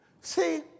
See